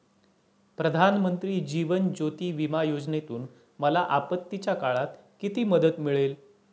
प्रधानमंत्री जीवन ज्योती विमा योजनेतून मला आपत्तीच्या काळात किती मदत मिळेल?